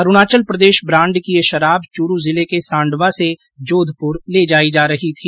Arunachal Pradesh brand की ये शराब चूरू जिले के सांडवा से जोधपुर ले जाई जा रही थी